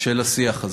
של השיח הזה.